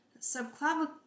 subclavicular